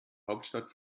hauptstadt